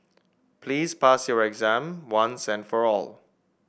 please pass your exam once and for all